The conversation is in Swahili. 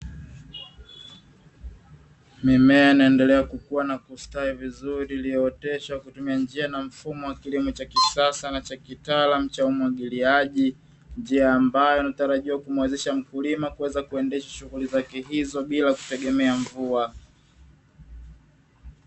Mimea inaendelea kukua na kustawi vizuri, iliyooteshwa kwa kutumia njia na mfumo wa kilimo cha kisasa na cha kitaalamu cha umwagiliaji, njia ambayo inatarajia kumwezesha mkulima kuweza kuendesha shughuli zake hizo, bila kutegemea mvua.